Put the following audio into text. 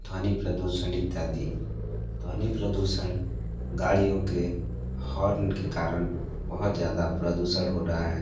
ध्वनि प्रदूषण इत्यादि ध्वनि प्रदूषण गाड़ियो के हॉर्न के कारण बहुत ज़्यादा प्रदूषण हो रहा है